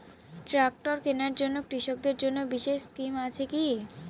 Tractor কেনার জন্য কৃষকদের জন্য বিশেষ স্কিম আছে কি?